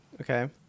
Okay